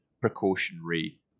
precautionary